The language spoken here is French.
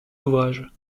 ouvrages